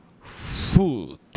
food